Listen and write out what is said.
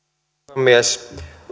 puhemies